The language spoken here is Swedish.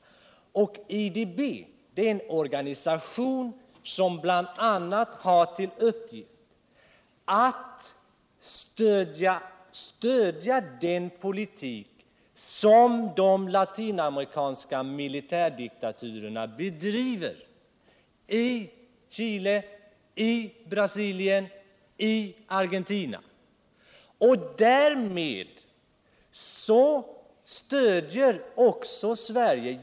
IDB är en vecklingsbanken amerikanska utvecklingsbanken organisation som bl.a. har till uppgift att stödja den politik som de latinamerikanska militärdiktaturerna bedriver i Chile, Brasilien och Argentina.